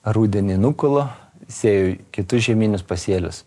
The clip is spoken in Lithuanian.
rudenį nukulu sėju kitus žieminius pasėlius